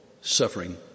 suffering